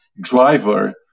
driver